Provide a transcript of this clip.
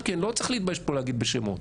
גם כן, לא צריך להתבייש פה להגיד בשמות.